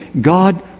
God